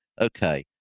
Okay